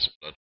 blood